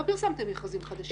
לא פרסמתם מכרזים חדשים.